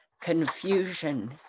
confusion